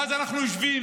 ואז אנחנו יושבים,